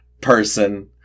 person